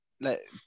let